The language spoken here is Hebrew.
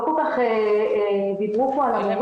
לא כל כך דיברו פה על המורים,